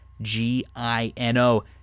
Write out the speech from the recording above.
G-I-N-O